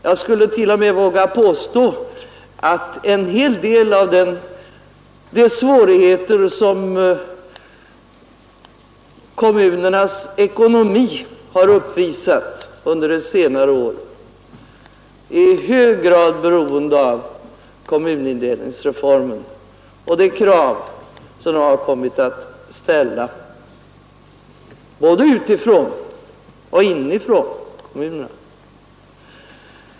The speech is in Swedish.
Jag skulle t.o.m. våga påstå att en hel del av de svårigheter som kommunernas ekonomi har uppvisat under senare år i hög grad är beroende av kommunindelningsreformen och de krav som den kommit att ställa, både utifrån och inifrån kommunerna.